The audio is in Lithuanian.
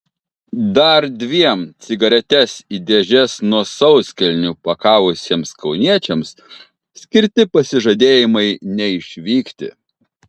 dar dviem cigaretes į dėžes nuo sauskelnių pakavusiems kauniečiams skirti pasižadėjimai neišvykti